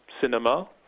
cinema